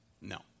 No